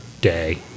day